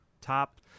top